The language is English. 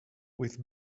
with